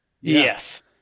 Yes